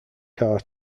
car